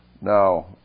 Now